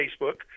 Facebook